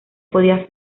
podía